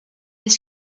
des